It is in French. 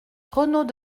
renaud